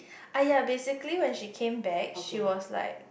!aiya! basically when she come back she was like